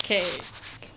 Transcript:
okay